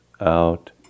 out